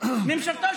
הקמתי